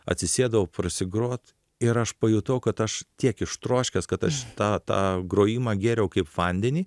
atsisėdau prasigrot ir aš pajutau kad aš tiek ištroškęs kad aš tą tą grojimą gėriau kaip vandenį